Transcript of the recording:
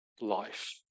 life